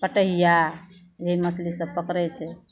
कटहिआ ई मछली सब पकड़ै छै